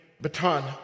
baton